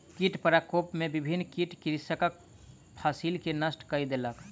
कीट प्रकोप में विभिन्न कीट कृषकक फसिल के नष्ट कय देलक